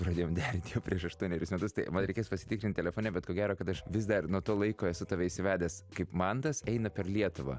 pradėjom derinti jau prieš aštuonerius metus tai man reikės pasitikrint telefone bet ko gero kad aš vis dar nuo to laiko esu tave įsivedęs kaip mantas eina per lietuvą